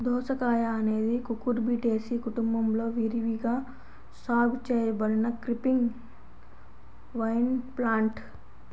దోసకాయఅనేది కుకుర్బిటేసి కుటుంబంలో విరివిగా సాగు చేయబడిన క్రీపింగ్ వైన్ప్లాంట్